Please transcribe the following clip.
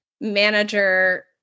manager